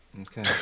Okay